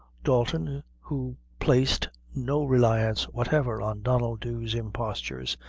dalton, who placed no reliance whatever on donnel dhu's impostures,